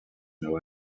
know